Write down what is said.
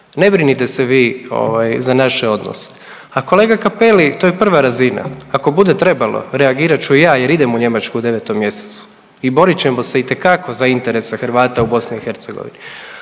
Ne brinite se vi ovaj za naše odnose, a kolega Cappelli to je prva razina, ako bude trebalo reagirat ću i ja jer idem u Njemačku u 9. mjesecu i borit ćemo se itekako za interese Hrvata u BiH,